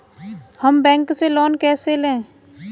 हम बैंक से लोन कैसे लें?